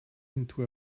into